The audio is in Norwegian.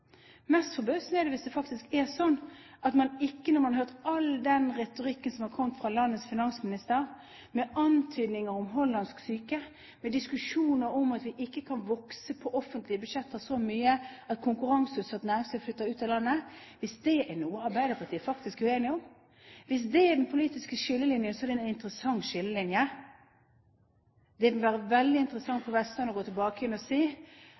Mest forbausende er det hvis det faktisk er sånn at man er uenig, når man har hørt all den retorikken som har kommet fra landets finansminister med antydninger om hollandsk syke, diskusjoner om at offentlige budsjetter ikke kan vokse så mye at konkurranseutsatt næringsliv flytter ut av landet. Hvis dette er noe Arbeiderpartiet faktisk er uenig i, hvis dette er den politiske skillelinjen, så er det en interessant skillelinje. Det vil være veldig interessant å gå tilbake igjen til Vestlandet og si